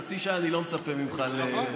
חצי שעה אני לא מצפה ממך להחזיק פה.